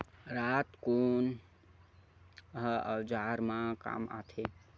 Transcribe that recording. राहत कोन ह औजार मा काम आथे?